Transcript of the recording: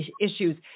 issues